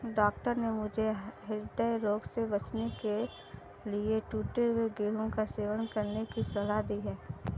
doctor ने मुझे हृदय रोग से बचने के लिए टूटे हुए गेहूं का सेवन करने की सलाह दी है